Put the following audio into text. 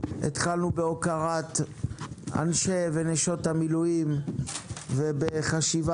התחלנו בהוקרת אנשי ונשות המילואים ובחשיבה